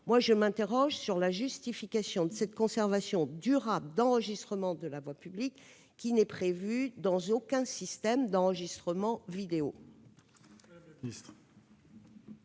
-, je m'interroge sur la justification de cette conservation durable d'enregistrements de la voie publique, qui n'est prévue dans aucun système d'enregistrement vidéo.